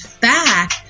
back